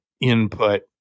input